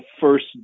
first